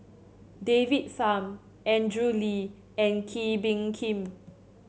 David Tham Andrew Lee and Kee Bee Khim